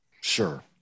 Sure